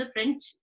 French